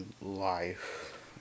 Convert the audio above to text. life